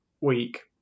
week